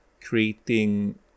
creating